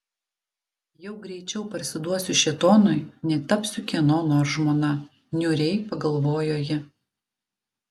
jau greičiau parsiduosiu šėtonui nei tapsiu kieno nors žmona niūriai pagalvojo ji